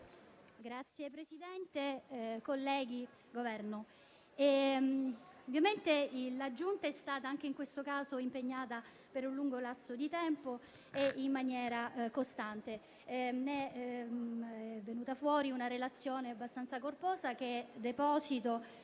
Signor Presidente, colleghi, Governo, la Giunta è stata anche in questo caso impegnata per un lungo lasso di tempo e in maniera costante. Ne è venuta fuori una relazione abbastanza corposa, alla